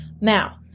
Now